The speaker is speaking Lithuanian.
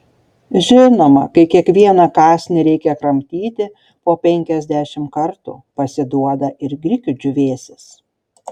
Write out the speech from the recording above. žinoma kai kiekvieną kąsnį reikia kramtyti po penkiasdešimt kartų pasiduoda ir grikių džiūvėsis